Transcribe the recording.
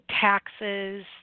taxes